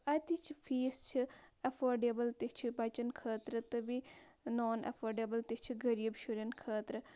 اَتِچ فیٖس چھِ ایفٲرڈیبُل تہٕ چھِ بَچن خٲطرٕ تہٕ بیٚیہِ نان ایفٲرڈیبُل تہِ چھِ غریٖب شُرٮ۪ن خٲطرٕ